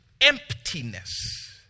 emptiness